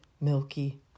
milky